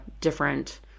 different